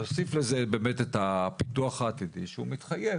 תוסיף לזה באמת את הפיתוח העתידי שהוא מתחייב